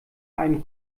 einen